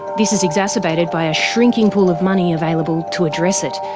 this is exacerbated by a shrinking pool of money available to address it.